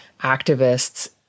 activists